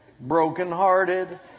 brokenhearted